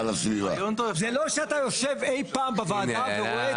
זה לא שאתה יושב אי פעם בוועדה ורואה